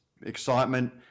Excitement